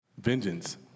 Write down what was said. Vengeance